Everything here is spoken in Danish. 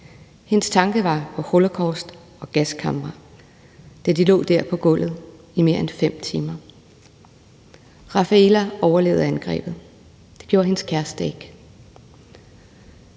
Hendes tanker var på holocaust og gaskamre, da de lå der på gulvet i mere end 5 timer. Rafaela overlevede angrebet, det gjorde hendes kæreste ikke.